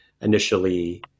initially